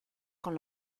con